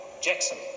Jackson